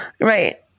Right